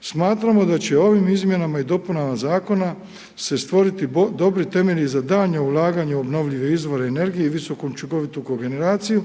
Smatramo da će ovim izmjenama i dopunama zakona se stvoriti dobri temelji za daljnje ulaganje u obnovljive izvore energije i visokoučinkovitu kogeneraciju